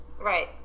Right